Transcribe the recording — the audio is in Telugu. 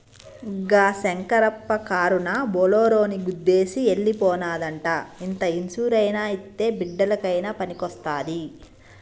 గా శంకరప్ప కారునా బోలోరోని గుద్దేసి ఎల్లి పోనాదంట ఇంత ఇన్సూరెన్స్ అయినా ఇత్తే బిడ్డలకయినా పనికొస్తాది